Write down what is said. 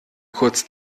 kurz